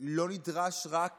לא נדרש רק